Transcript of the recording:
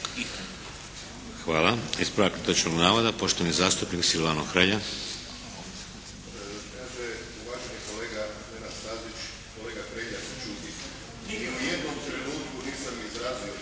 Hvala. Ispravak netočnog navoda poštovani zastupnik Silvano Hrelja.